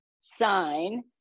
sign